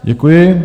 Děkuji.